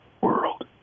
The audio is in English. world